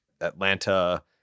Atlanta